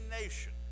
nation